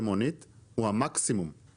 היועץ המשפטי,